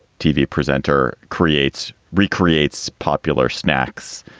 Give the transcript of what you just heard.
tv presenter creates recreate so popular snacks.